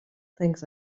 things